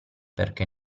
perché